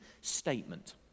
statement